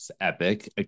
Epic